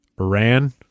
Iran